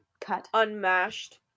Unmashed